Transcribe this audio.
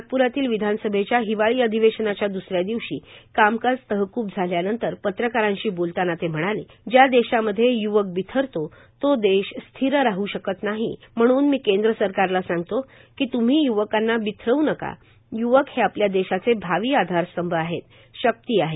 नागप्रातील विधानसभेच्या हिवाळी अधिवेशनाच्या द्र्सऱ्या दिवशी कामकाज तहकूब झाल्यानंतर पत्रकारांशी बोलताना ते म्हणाले ज्या देशांमध्ये य्वक जिथे बिथरतो तो देश स्थिर राह शकत नाही म्हणून मी केंद्र सरकारला सांगतो की तुम्ही युवकांना बिथरव् नका युवक हे आपल्या देशाचे भावी आधारस्तंभ आहेत शक्ति आहे